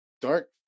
dark